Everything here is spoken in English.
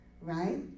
right